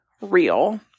real